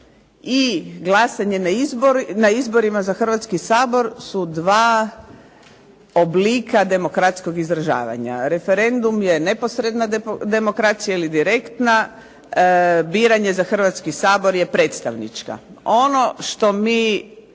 i glasanje na izborima za Hrvatski sabor su dva oblika demokratskog izražavanja. Referendum je neposredna demokracija ili direktna, biranje za Hrvatski sabor je predstavnička. Ono što mi